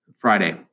Friday